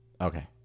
Okay